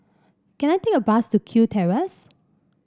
can I take a bus to Kew Terrace